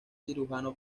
cirujano